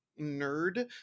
nerd